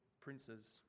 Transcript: princes